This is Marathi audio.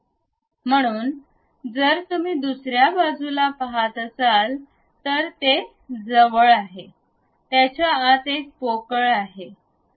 म्हणून जर तुम्ही दुसऱ्या बाजूला पाहत असाल तर ते जवळ आहे त्याच्या आत एक पोकळ आहे